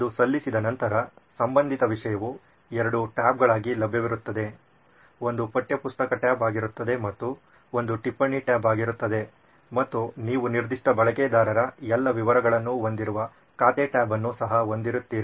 ಅದು ಸಲ್ಲಿಸಿದ ನಂತರ ಸಂಬಂಧಿತ ವಿಷಯವು ಎರಡು ಟ್ಯಾಬ್ಗಳಾಗಿ ಲಭ್ಯವಿರುತ್ತದೆ ಒಂದು ಪಠ್ಯಪುಸ್ತಕ ಟ್ಯಾಬ್ ಆಗಿರುತ್ತದೆ ಮತ್ತು ಒಂದು ಟಿಪ್ಪಣಿ ಟ್ಯಾಬ್ ಆಗಿರುತ್ತದೆ ಮತ್ತು ನೀವು ನಿರ್ದಿಷ್ಟ ಬಳಕೆದಾರರ ಎಲ್ಲಾ ವಿವರಗಳನ್ನು ಹೊಂದಿರುವ ಖಾತೆ ಟ್ಯಾಬ್ ಅನ್ನು ಸಹ ಹೊಂದಿರುತ್ತೀರಿ